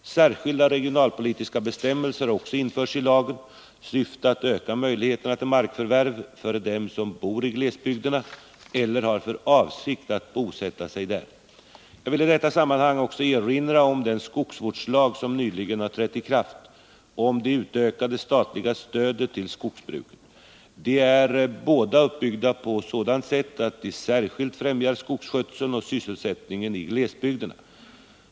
Särskilda regionalpolitiska bestämmelser har också införts i lagen i syfte att öka möjligheterna till markförvärv för dem som bor i glesbygderna eller har för avsikt att bosätta sig där. Jag vill i detta sammanhang också erinra om den skogsvårdslag som nyligen har trätt i kraft och om det utökade statliga stödet till skogsbruket. De är båda uppbyggda på sådant sätt att de särskilt främjar skogsskötseln och sysselsättningen i glesbygderna.